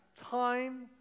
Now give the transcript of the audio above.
time